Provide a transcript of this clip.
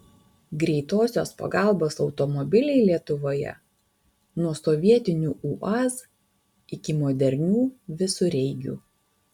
greitosios pagalbos automobiliai lietuvoje nuo sovietinių uaz iki modernių visureigių